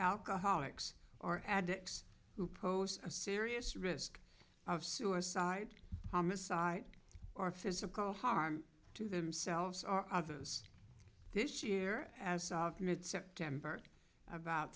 alcoholics or addicts who pose a serious risk of suicide homicide or physical harm to themselves or others this year as of mid september about